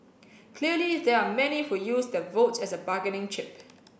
clearly there are many who use their vote as a bargaining chip